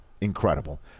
incredible